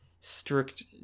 strict